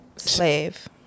Slave